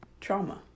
trauma